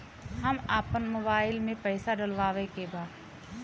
हम आपन मोबाइल में पैसा डलवावे के बा?